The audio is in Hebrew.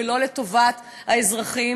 ולא לטובת האזרחים,